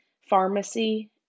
pharmacy